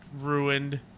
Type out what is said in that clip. ruined